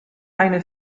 eine